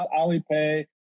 Alipay